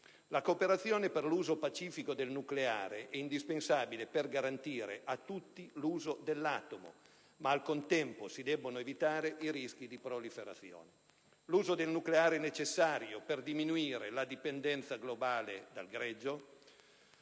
La cooperazione per l'uso pacifico del nucleare è indispensabile per garantire a tutti l'uso dell'atomo, ma, al contempo, si debbono evitare i rischi di proliferazione. L'uso del nucleare è necessario per diminuire la dipendenza globale dal greggio,